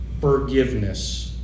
forgiveness